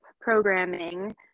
programming